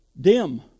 dim